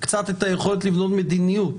את היכולת לבנות מדיניות.